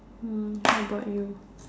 mm how about you